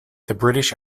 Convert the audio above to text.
british